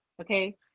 okay